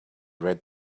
read